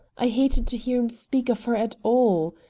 i hated to hear him speak of her at all.